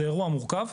זה אירוע מורכב.